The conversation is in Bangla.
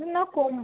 না কম